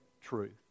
truth